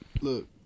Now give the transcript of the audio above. Look